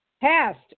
Past